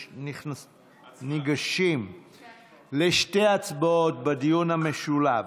ניגשים לשתי הצבעות בדיון המשולב.